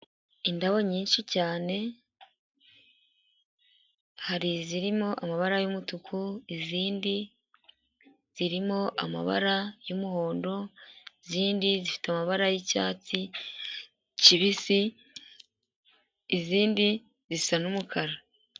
Indabo nyinshi cyane hari izirimo amabara y’ umutuku, izindi zirimo amabara y’ umuhondo, izindi zifite amabara y’ icyatsi cyibisi, izindi zisa n’ umukara.